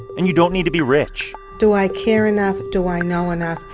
and you don't need to be rich do i care enough? do i know enough?